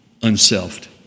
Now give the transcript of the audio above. unselfed